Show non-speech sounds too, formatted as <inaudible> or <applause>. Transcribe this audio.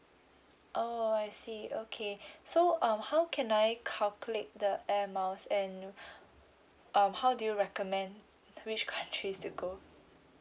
oh I see okay so um how can I calculate the air miles and <breath> um how do you recommend which countries to go